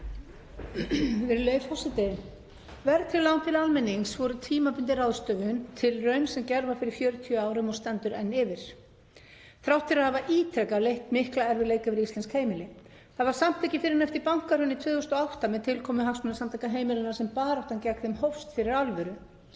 Verðtryggð lán til almennings voru tímabundin ráðstöfun, tilraun sem gerð var fyrir 40 árum og stendur enn yfir þrátt fyrir að hafa ítrekað leitt mikla erfiðleika yfir íslensk heimili. Það var samt ekki fyrr en eftir bankahrunið 2008 með tilkomu Hagsmunasamtaka heimilanna sem baráttan gegn þeim hófst fyrir alvöru.